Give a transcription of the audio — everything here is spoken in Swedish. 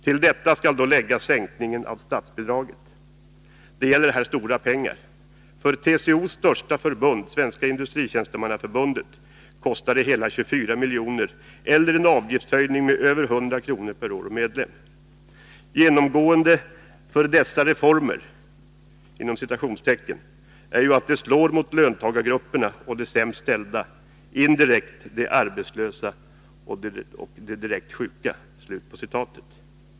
Till detta skall då läggas sänkningen av statsbidraget. Det gäller här stora pengar. För TCO:s största förbund, Svenska Industritjänstemannaförbundet , kostar det hela 24 miljoner eller en avgiftshöjning med över 100 kr. per år och medlem. Genomgående för dessa ”reformer” är ju att de slår mot löntagargrupperna och de sämst ställda — indirekt de arbetslösa och direkt de sjuka.” Herr talman!